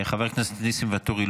חבר הכנסת ניסים ואטורי,